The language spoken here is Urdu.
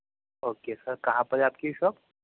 اوکے سر کہاں پر ہے آپ کی شوپ